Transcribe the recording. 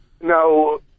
No